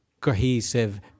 cohesive